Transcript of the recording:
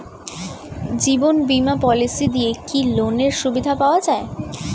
জীবন বীমা পলিসি দিয়ে কি লোনের সুবিধা পাওয়া যায়?